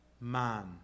man